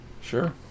Sure